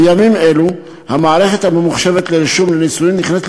בימים אלה המערכת הממוחשבת לרישום נישואים נכנסת